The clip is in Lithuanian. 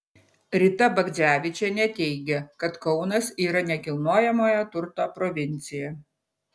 rita bagdzevičienė teigia kad kaunas yra nekilnojamojo turto provincija